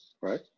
right